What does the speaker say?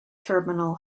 terminal